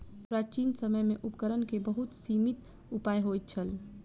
प्राचीन समय में उपकरण के बहुत सीमित उपाय होइत छल